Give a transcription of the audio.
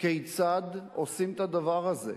כיצד עושים את הדבר הזה?